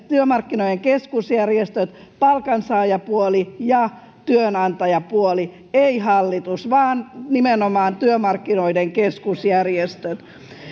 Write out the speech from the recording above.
työmarkkinoiden keskusjärjestöt palkansaajapuoli ja työnantajapuoli ei hallitus vaan nimenomaan työmarkkinoiden keskusjärjestöt